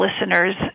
listeners